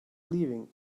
leaving